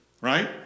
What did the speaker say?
Right